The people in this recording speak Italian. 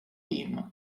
team